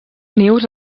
nius